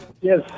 Yes